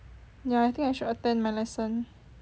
ya I think I should attend my lesson